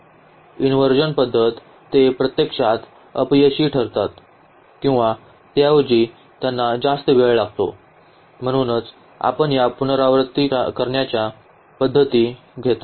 inversion पद्धतीत ते प्रत्यक्षात अपयशी ठरतात किंवा त्याऐवजी त्यांना जास्त वेळ लागतो म्हणून आपण या पुनरावृत्ती करण्याच्या पद्धती घेतो